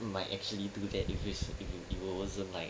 might actually do that if it's if it if it wasn't like